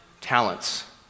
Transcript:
talents